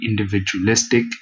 individualistic